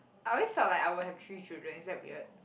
I always felt like I will have three children is that weird